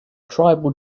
tribal